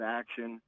action